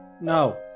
No